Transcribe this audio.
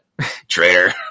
traitor